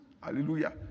Hallelujah